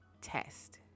test